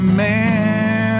man